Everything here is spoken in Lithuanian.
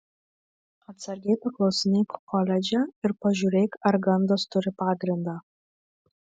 atsargiai paklausinėk koledže ir pažiūrėk ar gandas turi pagrindą